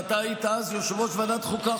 ואתה היית אז יושב-ראש ועדת החוקה,